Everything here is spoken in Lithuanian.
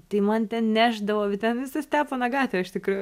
tai man ten nešdavo ten visa stepono gatvė iš tikrųjų